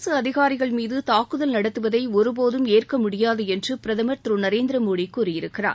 அரசு அதிகாரிகள்மீது தாக்குதல் நடத்துவதை ஒருபோதும் ஏற்க முடியாது என்று பிரதமர் திரு நரேந்திர மோடி கூறியிருக்கிறார்